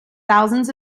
thousands